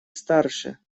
старше